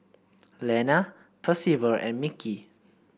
Lana Percival and Mickie